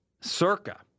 Circa